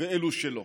ואלו שלא.